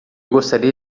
gostaria